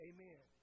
Amen